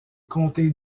comté